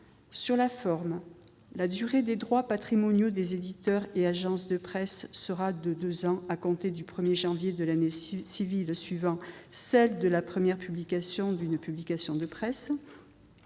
Sur la forme, la durée des droits patrimoniaux des éditeurs et agences de presse sera de deux ans à compter du 1 janvier de l'année civile suivant celle de la première publication d'une publication de presse.